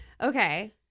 Okay